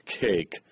cake